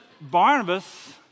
Barnabas